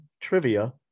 trivia